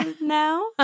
now